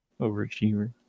overachiever